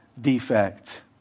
defect